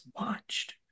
watched